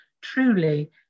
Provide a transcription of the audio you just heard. truly